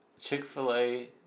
Chick-fil-A